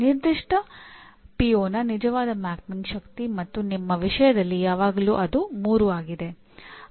ವಿದ್ಯಾರ್ಥಿಗಳ ಕಾರ್ಯಕ್ಷಮತೆಯ ಅಂತಿಮ ಪರೀಕ್ಷೆ ಮತ್ತು ಮೌಲ್ಯಮಾಪನಕ್ಕೆ ವ್ಯವಸ್ಥೆ ಫಲಿತಾಂಶಗಳು ಮತ್ತು ಎಲ್ಲವನ್ನೂ ವಿಶ್ವವಿದ್ಯಾಲಯ ಘೋಷಿಸುತ್ತದೆ